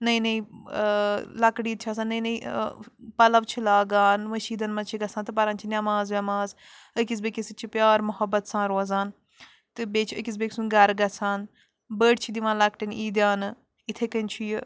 نٔے نٔے لَکٕٹ عیٖد چھِ آسان نٔے نٔے پَلو چھِ لاگان مٔشیٖدن منٛز چھِ گَژھان تہٕ پرن چھِ نیٚماز ویٚماز أکِس بیٚکِس سۭتۍ چھِ پیار محبت سان روزان تہٕ بیٚیہِ چھِ أکِس بیٚیہِ سُنٛد گَرٕ گَژھان بٔڑۍ چھِ دِوان لَکٕٹین عیٖدِیانہٕ اِتھ کٔنۍ چھُ یہِ